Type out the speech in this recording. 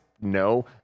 No